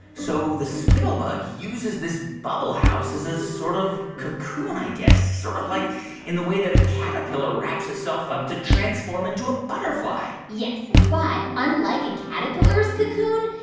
so the spittlebug uses this bubble house as a sort of cocoon, i guess, sort of like in the way that a caterpillar wraps itself up to transform into a butterfly yes. but unlike a caterpillar's cocoon,